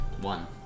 One